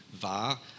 war